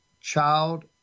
child